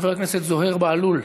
חבר הכנסת זוהיר בהלול,